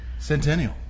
Centennial